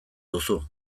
duzu